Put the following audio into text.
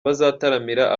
bazataramira